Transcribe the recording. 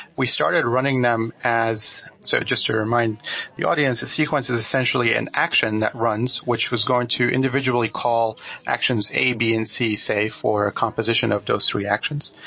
we started running them as so just to remind the audience, the sequence is essentially an action that runs, which was going to individually call actions a, b and c say for a composition of those three actions.